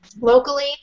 locally